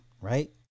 right